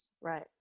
Right